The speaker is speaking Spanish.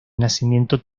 nacimiento